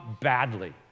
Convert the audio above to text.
badly